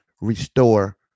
restore